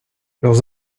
leurs